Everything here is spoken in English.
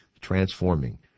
transforming